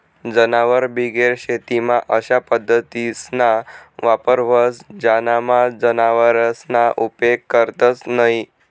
जनावरबिगेर शेतीमा अशा पद्धतीसना वापर व्हस ज्यानामा जनावरसना उपेग करतंस न्हयी